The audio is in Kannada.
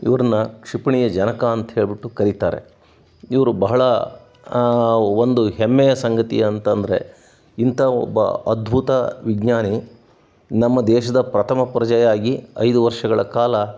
ಇವ್ರನ್ನು ಕ್ಷಿಪಣಿಯ ಜನಕ ಅಂತ ಹೇಳಿಬಿಟ್ಟು ಕರಿತಾರೆ ಇವರು ಬಹಳ ಒಂದು ಹೆಮ್ಮೆಯ ಸಂಗತಿ ಅಂತ ಅಂದರೆ ಇಂತ ಒಬ್ಬ ಅದ್ಭುತ ವಿಜ್ಞಾನಿ ನಮ್ಮ ದೇಶದ ಪ್ರಥಮ ಪ್ರಜೆಯಾಗಿ ಐದು ವರ್ಷಗಳ ಕಾಲ